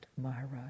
Maharaj